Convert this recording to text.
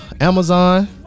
Amazon